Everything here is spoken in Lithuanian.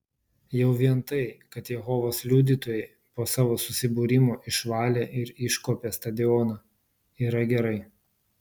jau vien tai kad jehovos liudytojai po savo susibūrimo išvalė ir iškuopė stadioną yra gerai